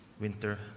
Winter